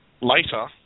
later